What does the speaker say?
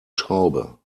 schraube